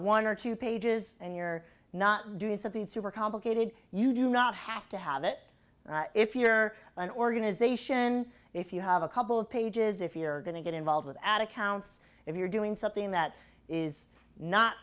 one or two pages and you're not doing something super complicated you do not have to have it if you're an organization if you have a couple of pages if you're going to get involved with ad accounts if you're doing something that is not